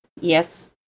Yes